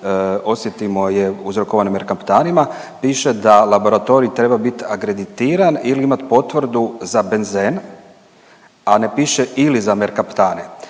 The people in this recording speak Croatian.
osjetimo je uzrokovan merkaptanima piše da laboratorij treba biti akreditiran ili imati potvrdu za benzen, a ne piše ili za merkaptane.